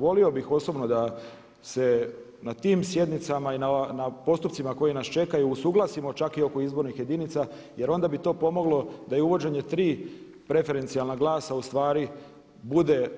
Volio bih osobno da se na tim sjednicama i na postupcima koji nas čekaju usuglasimo čak i oko izbornih jedinica jer onda bi to pomoglo da i uvođenje tri preferencijalna glasa ustvari bude